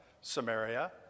Samaria